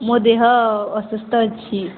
ମୋ ଦେହ ଅସୁସ୍ଥ ଅଛି